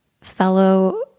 fellow